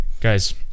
Guys